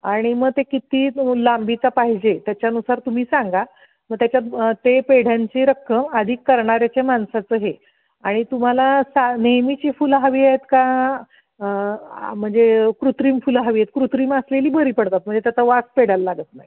आणि मग ते किती लांबीचा पाहिजे त्याच्यानुसार तुम्ही सांगा मग त्याच्यात ते पेढ्यांची रक्कम आधी करणाऱ्याच्या माणसाचं हे आणि तुम्हाला सा नेहमीची फुलं हवी आहेत का म्हणजे कृत्रिम फुलं हवी आहेत कृत्रिम असलेली बरी पडतात म्हणजे त्याचा वास पेढ्याला लागत नाही